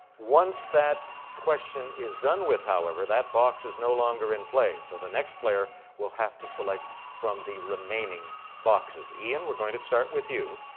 once that question is done with, however, that box is no longer in place. so the next player will have to select from the remaining boxes. ian, we're going to start with you.